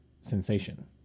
sensation